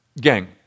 gang